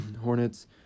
Hornets